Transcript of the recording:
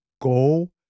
Go